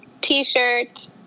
T-shirt